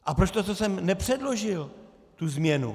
A proč jste to sem nepředložil, tu změnu?